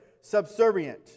subservient